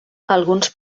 alguns